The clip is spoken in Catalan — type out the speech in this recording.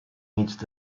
mig